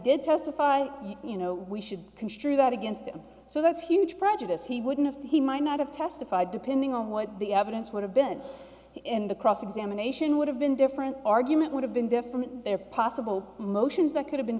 did testify you know we should construe that against him so that's huge prejudice he wouldn't have he might not have testified depending on what the evidence would have been in the cross examination would have been different argument would have been different there are possible motions that could have been